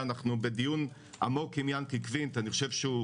בתכנון כן לקחתם בחשבון את כל הדברים